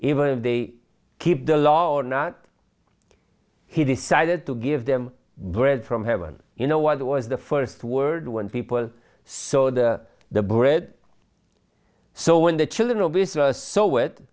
even if they keep the law or not he decided to give them bread from heaven you know what was the first word when people saw the the bread so when the children of israel are so